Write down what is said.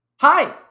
Hi